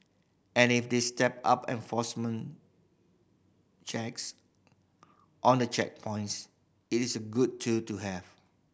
and if they step up enforcement checks on the checkpoints it is a good tool to have